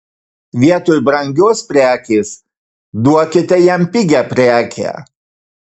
vietoj brangios prekės duokite jam pigią prekę